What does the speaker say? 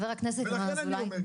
לכן אני אומר,